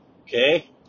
Okay